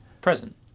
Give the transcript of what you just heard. Present